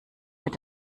mit